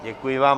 Děkuji vám.